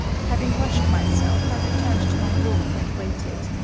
having washed myself, i returned to my room and waited,